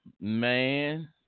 Man